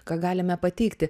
ką galime pateikti